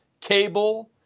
cable